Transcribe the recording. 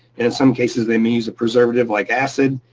in some cases, they may use a preservative like acid.